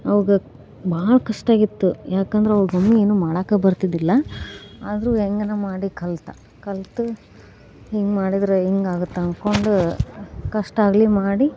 ಅವಾಗ ಭಾಳ ಕಷ್ಟಾಗಿತ್ತು ಯಾಕೆಂದ್ರೆ ಅವನು ಏನು ಮಾಡೋಕೂ ಬರ್ತಿದಿಲ್ಲ ಆದರೂ ಹ್ಯಾಂಗನ ಮಾಡಿ ಕಲಿತ ಕಲ್ತು ಹಿಂಗೆ ಮಾಡಿದರೆ ಹೆಂಗೆ ಆಗುತ್ತೆ ಅಂದ್ಕೊಂಡು ಕಷ್ಟಾಗಲಿ ಮಾಡಿ